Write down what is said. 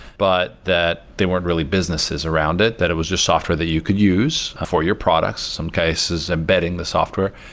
but that they weren't really businesses around it, that it was just software that you can use for your products, in some cases embedding the software.